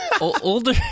older